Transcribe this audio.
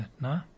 No